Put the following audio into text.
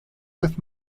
with